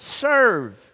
serve